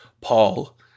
Paul